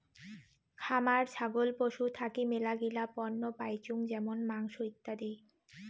খামার ছাগল পশু থাকি মেলাগিলা পণ্য পাইচুঙ যেমন মাংস, ইত্যাদি